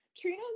Trina